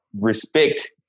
respect